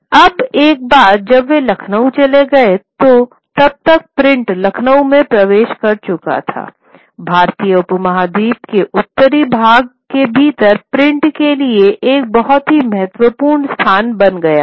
अब एक बार जब वे लखनऊ चले गए थे तो तब तक प्रिंट लखनऊ में प्रवेश कर चुका था भारतीय उपमहाद्वीप के उत्तरी भाग के भीतर प्रिंट के लिए एक बहुत ही महत्वपूर्ण स्थान बन गया है